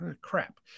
Crap